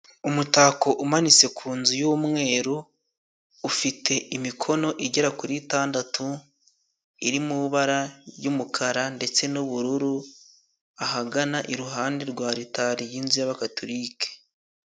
Umutako umanitse ku nzu y'umweru ufite imikono igera kuri itandatu iri mu bara ry'umukara ndetse n'ubururu ahagana iruhande rwa aritari y'inzu y'abakatolike.